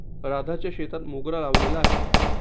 राधाच्या शेतात मोगरा लावलेला आहे